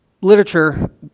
literature